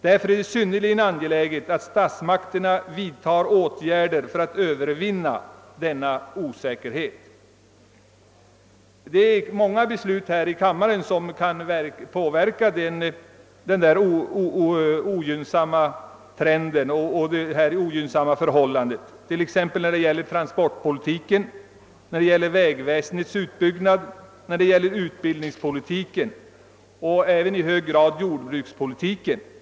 Därför är det synnerligen angeläget, att statsmakterna vidtar åtgärder för att övervinna denna osäkerhet.» Många beslut kan påverka den ogynnsamma trenden och de ogynnsamma förhållandena, exempelvis beträffande transportpolitiken, vägväsendets utbyggnad, utbildningspolitiken och även i hög grad jordbrukspolitiken.